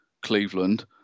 Cleveland